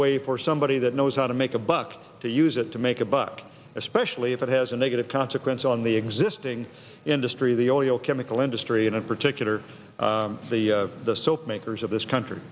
way for somebody that knows how to make a buck to use it to make a buck especially if it has a negative consequence on the existing industry the oleo chemical industry and in particular the the soap makers of this country